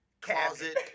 closet